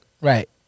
Right